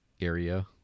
area